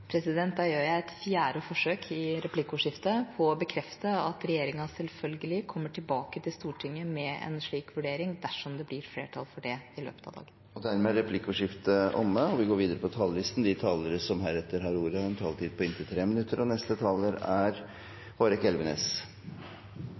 Da gjør jeg et fjerde forsøk i replikkordskiftet på å bekrefte at regjeringa selvfølgelig kommer tilbake til Stortinget med en slik vurdering dersom det blir flertall for det i løpet av dagen. Dermed er replikkordskiftet omme. De talere som heretter får ordet, har en taletid på inntil 3 minutter. At dette forslaget fremmes fra SV, er